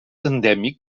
endèmic